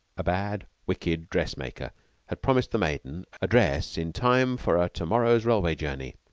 a bad, wicked dress-maker had promised the maiden a dress in time for a to-morrow's rail-way journey,